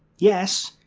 yes,